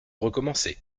recommencer